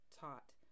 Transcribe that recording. taught